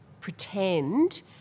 pretend